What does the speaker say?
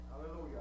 Hallelujah